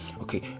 okay